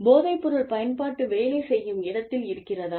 போதைப்பொருள் பயன்பாடு வேலை செய்யும் இடத்தில் இருக்கிறதா